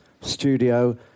studio